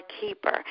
keeper